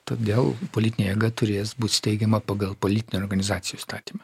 todėl politinė jėga turės būt steigiama pagal politinių organizacijų įstatymą